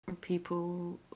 people